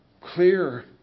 clear